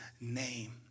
name